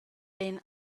been